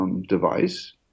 device